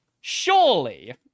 surely